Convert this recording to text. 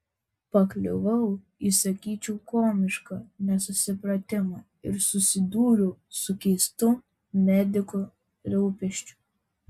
pakliuvau į sakyčiau komišką nesusipratimą ir susidūriau su keistu medikų rūpesčiu